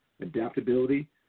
adaptability